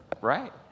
right